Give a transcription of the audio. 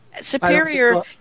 Superior